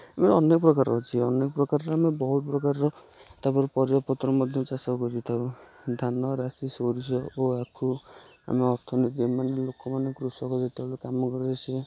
ଏ ଅନେକ ପ୍ରକାରର ଅଛି ଅନେକ ପ୍ରକାର ହେଲେ ବହୁତ ପ୍ରକାର ର ତାପରେ ପରିବାପତ୍ର ମଧ୍ୟ ଚାଷ କରିଥାଉ ଧାନ ରାଶି ସୋରିଷ ଓ ଆଖୁ ଆମ ଅର୍ଥନୀତି ଲୋକମାନେ କୃଷକ ଯେତେବେଳେ କାମ କରେ ସିଏ